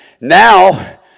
Now